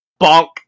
bonk